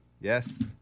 Yes